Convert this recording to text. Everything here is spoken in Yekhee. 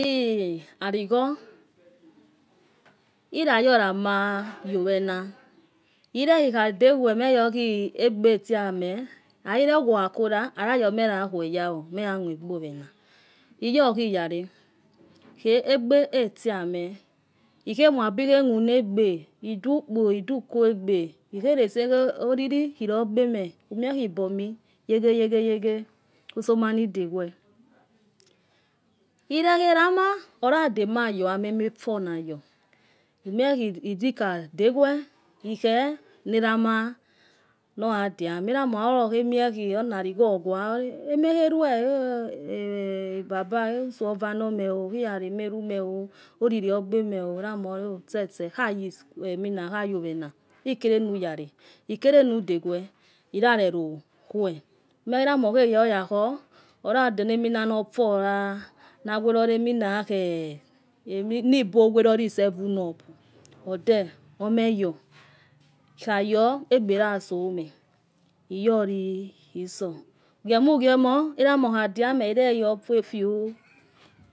Efenikila alikho. lyayolama yowena. lle mega mua egba owana igohiyale, kho egba etsehame ikhe muabihemuna egba idu ukpo kua egba ikholesa oriri lo gbame. ibomi yo yakhn yokho. usimi anidaduo lle erama, orademayo. ema fhu naga umiellitea dedwa ikhena erama nogadaamo. eramo okhakuodamie ona alkeho okuaa. oli emakunluo. baba uso lovanomoo wa lvamalumeo oriri logbomo. o itse neji school khagowena ikplenuyalo ikelenu dedwa iyardokhuo, emio erama oyakho oya donamina nafhu, nawaro le mina kwe ni ibo egwori 7up ode omeyo ikuayo egbora sombo iyoli. Itso ugiemo giomo erama ma okhadeame erarofua fiototo.